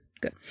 Good